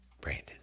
Brandon